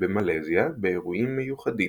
שבמלזיה באירועים מיוחדים.